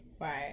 Right